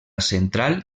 central